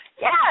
Yes